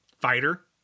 fighter